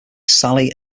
sally